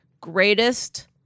greatest